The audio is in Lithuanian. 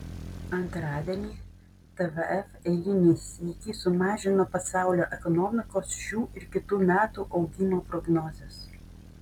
antradienį tvf eilinį sykį sumažino pasaulio ekonomikos šių ir kitų metų augimo prognozes